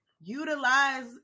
utilize